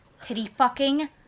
titty-fucking